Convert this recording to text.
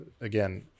again